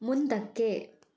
ಮುಂದಕ್ಕೆ